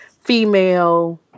female